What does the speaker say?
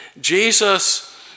Jesus